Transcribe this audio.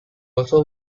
also